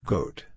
Goat